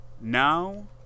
now